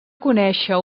conèixer